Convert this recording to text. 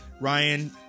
Ryan